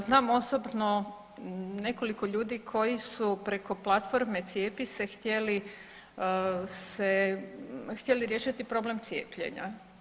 Znam osobno nekoliko ljudi koji su preko platforme cijepi se htjeli riješiti problem cijepljenja.